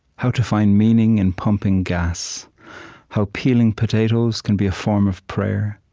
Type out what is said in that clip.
how to find meaning in pumping gas how peeling potatoes can be a form of prayer.